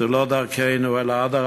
זו לא דרכנו, אלא אדרבה,